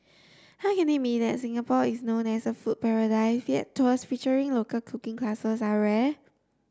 how can it be that Singapore is known as a food paradise yet tours featuring local cooking classes are rare